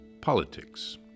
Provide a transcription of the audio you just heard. politics